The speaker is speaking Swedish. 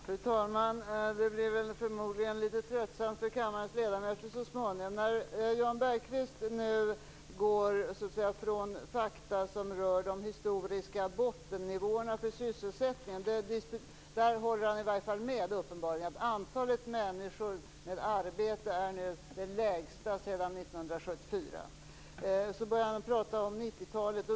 Fru talman! Detta blir förmodligen litet tröttsamt för kammarens ledamöter så småningom. Jan Bergqvist går nu från fakta som rör de historiska bottennivåerna för sysselsättningen. Där håller han uppenbarligen i varje fall med. Antalet människor med arbete är nu det lägsta sedan 1974. Så börjar han att prata om 90-talet.